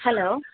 hello